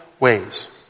ways